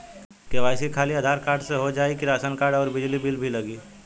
KYC खाली Aadhaar card से हो जाए कि राशन कार्ड अउर बिजली बिल भी लगी?